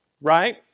right